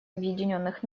объединенных